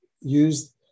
use